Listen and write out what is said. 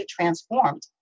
transformed